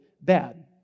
bad